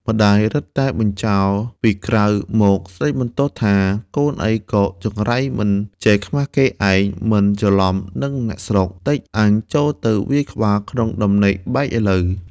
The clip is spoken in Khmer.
ម្ដាយរឹតតែបញ្ចោរពីក្រៅមកស្ដីបន្ទោសថា “កូនអីក៏ចង្រៃមិនចេះខ្មាស់គេឯង មិនច្រឡំនិងអ្នកស្រុក តិចអញចូលទៅវាយក្បាលក្នុងដំណេកបែកឥឡូវ។